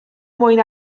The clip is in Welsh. mwyn